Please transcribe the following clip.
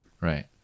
Right